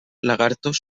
lagartos